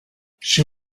she